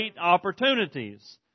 opportunities